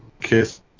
Kiss